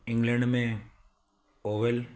England में oval